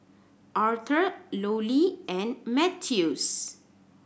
Arthor Lollie and Mathews